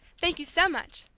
thank you so much.